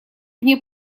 мне